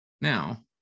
Now